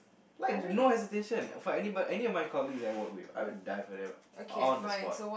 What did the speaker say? like no hesitation for any any colleague that I work with I would die for them on the spot